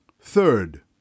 Third